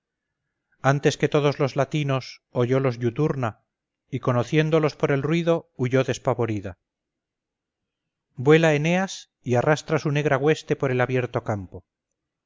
antes que todos los latinos oyolos iuturna y conociéndolos por el ruido huyó despavorida vuela eneas y arrastra su negra hueste por el abierto campo